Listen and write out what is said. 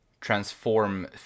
transform